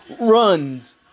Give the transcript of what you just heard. runs